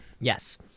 Yes